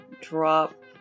drop